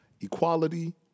equality